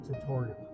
tutorial